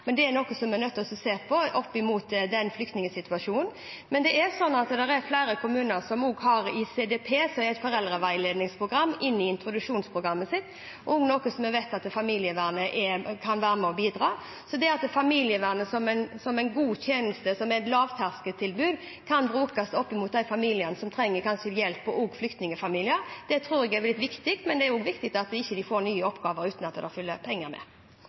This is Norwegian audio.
men det er noe som vi er nødt til å se på opp mot flyktningsituasjonen. Men det er flere kommuner som har ICDP, som er et foreldreveiledningsprogram, i introduksjonsprogrammet sitt, og det er et område vi vet at familievernet kan være med å bidra på. Så det at familievernet som en god tjeneste, og som et lavterskeltilbud, kan brukes opp mot de familiene – også flyktningfamilier – som kanskje trenger litt hjelp, tror jeg er viktig. Men det er også viktig at de ikke får nye oppgaver uten at det følger penger med.